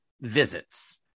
visits